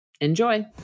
Enjoy